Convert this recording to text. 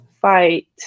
fight